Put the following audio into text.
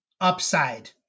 upside